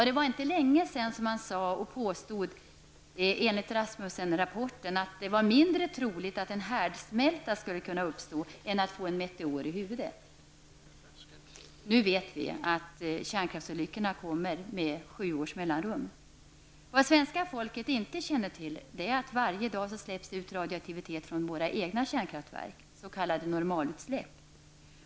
Det var inte länge sedan man i Rasmussenrapporten påstod att det var mindre troligt att en härdsmälta skulle uppstå än att någon skulle få en meteor i huvudet. Nu vet vi att kärnkraftsolyckorna kommer med sju års mellanrum. Vad svenska folket inte känner till är att det varje dag släpps ut radioaktivitet från våra egna kärnkraftverk, s.k. normalutsläpp.